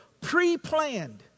Pre-planned